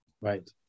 right